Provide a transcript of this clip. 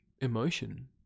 emotion